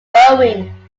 rowing